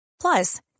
Plus